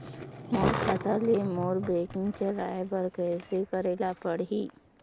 मोर खाता ले मोर बैंकिंग चलाए बर कइसे करेला पढ़ही?